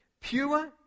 Pure